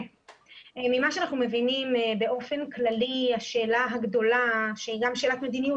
ממה שאנחנו מבינים באופן כללי השאלה הגדולה - שהיא גם שאלת מדיניות,